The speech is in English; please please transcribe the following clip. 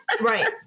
Right